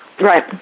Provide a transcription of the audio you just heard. right